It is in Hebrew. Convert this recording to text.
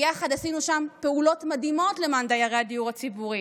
יחד עשינו שם פעולות מדהימות למען דיירי הדיור הציבורי.